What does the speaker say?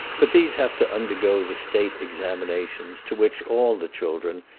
but these have to undergo the state examinations, to which all the children,